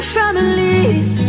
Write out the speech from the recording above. families